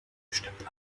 bestimmt